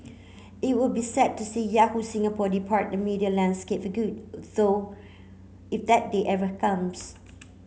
it will be sad to see Yahoo Singapore depart the media landscape for good though if that day ever comes